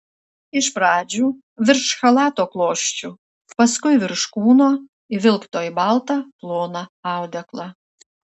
iš pradžių virš chalato klosčių paskui virš kūno įvilkto į baltą ploną audeklą